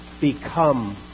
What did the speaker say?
become